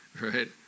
right